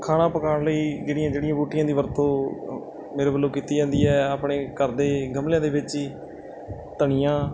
ਖਾਣਾ ਪਕਾਉਣ ਲਈ ਜਿਹੜੀਆਂ ਜੜੀਆਂ ਬੂਟੀਆਂ ਦੀ ਵਰਤੋਂ ਮੇਰੇ ਵੱਲੋਂ ਕੀਤੀ ਜਾਂਦੀ ਹੈ ਆਪਣੇ ਘਰ ਦੇ ਗਮਲਿਆਂ ਦੇ ਵਿੱਚ ਹੀ ਧਨੀਆ